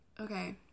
okay